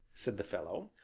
said the fellow,